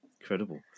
Incredible